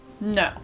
No